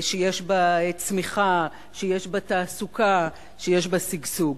שיש בה צמיחה, שיש בה תעסוקה, שיש בה שגשוג.